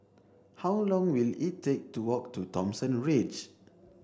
how long will it take to walk to Thomson Ridge